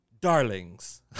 Darlings